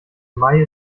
mai